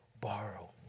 borrow